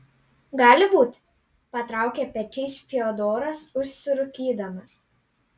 gali būti patraukė pečiais fiodoras užsirūkydamas